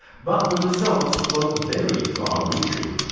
but the results were very far-reaching.